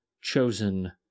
chosen